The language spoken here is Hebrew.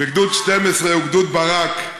וגדוד 12, הוא גדוד ברק.